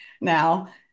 now